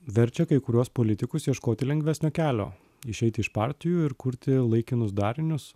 verčia kai kuriuos politikus ieškoti lengvesnio kelio išeiti iš partijų ir kurti laikinus darinius